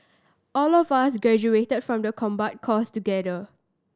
all of us graduated from the combat course together